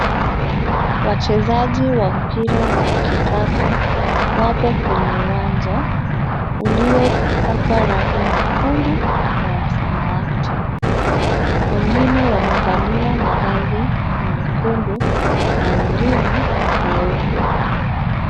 Wachezaji wa mpira wa kikapu, wapo kwenye uwanja, uliopakwa rangi nyekundu, na ya samawati. Wengine wamevalia mavazi ni mekundu, na wengine nyeupe.